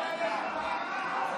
זה נראה לך נורמלי?